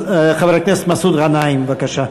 חבר הכנסת מסעוד גנאים, בבקשה.